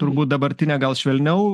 turbūt dabartinė gal švelniau